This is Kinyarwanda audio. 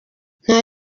nta